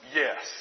yes